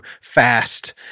fast